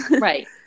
Right